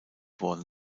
worden